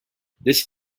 this